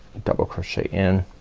double crochet in,